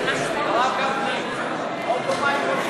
הרב גפני, עוד יומיים ראש